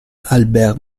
albert